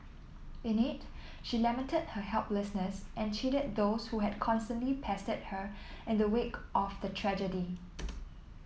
in it she lamented her helplessness and chided those who had constantly pestered her in the wake of the tragedy